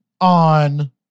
on